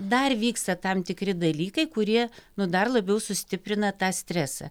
dar vyksta tam tikri dalykai kurie nu dar labiau sustiprina tą stresą